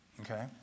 okay